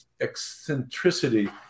eccentricity